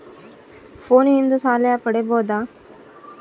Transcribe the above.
ಫೋನಿನಿಂದ ಸಾಲ ಪಡೇಬೋದ?